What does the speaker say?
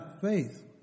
faith